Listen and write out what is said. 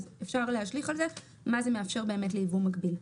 אפשר להשליך על זה מה זה מאפשר באמת ליבוא מקביל.